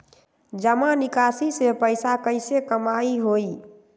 जमा निकासी से पैसा कईसे कमाई होई?